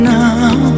now